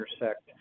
intersect